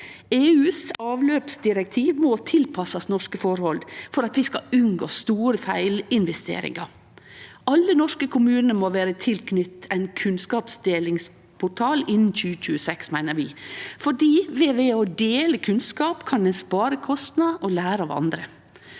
EUs avløpsdirektiv må tilpassast norske forhold for at vi skal unngå store feilinvesteringar. Alle norske kommunar må vere knytte til ein kunnskapsdelingsportal innan 2026, meiner vi, for ved å dele kunnskap kan ein spare kostnader og lære av andre.